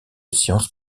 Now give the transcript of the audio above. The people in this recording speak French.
sciences